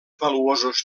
valuosos